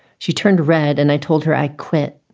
she turned red and i told her i quit.